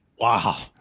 Wow